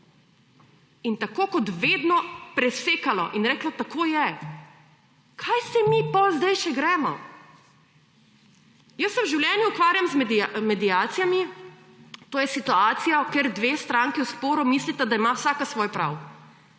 in tako, kot vedno, presekalo in reklo, tako je. Kaj se mi potem zdaj še gremo? Jaz se v življenju ukvarjam z mediacijami. To je situacija, kjer dve stranki v sporu mislita, da ima vsaka svoj prav